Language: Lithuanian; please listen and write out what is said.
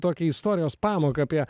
tokią istorijos pamoką apie